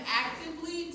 actively